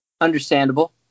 Understandable